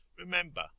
remember